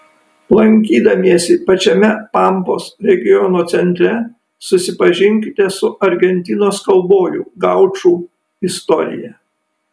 lankydamiesi pačiame pampos regiono centre susipažinkite su argentinos kaubojų gaučų istorija